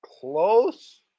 close